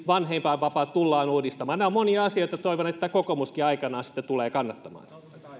vanhempainvapaat tullaan uudistamaan tässä on monia asioita joita toivon että kokoomuskin aikanaan tulee sitten kannattamaan